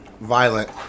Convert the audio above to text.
violent